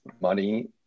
money